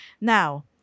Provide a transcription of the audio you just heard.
Now